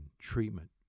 treatment